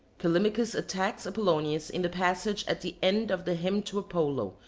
callimachus attacks apollonius in the passage at the end of the hymn to apollo,